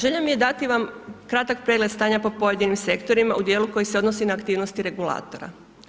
Želja mi je dati vam kratki pregled stanja po pojedinim sektorima u dijelu koji se odnosi na aktivnosti regulatorima.